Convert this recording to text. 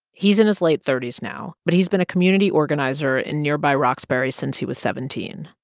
he's in his late thirty s now. but he's been a community organizer in nearby roxbury since he was seventeen.